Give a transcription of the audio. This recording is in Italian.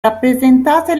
rappresentate